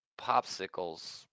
Popsicles